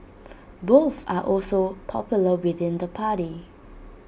both are also popular within the party